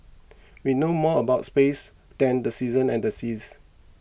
we know more about space than the seasons and the seas